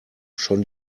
schon